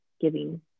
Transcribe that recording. giving